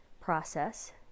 process